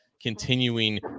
continuing